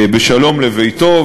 בשלום לביתו.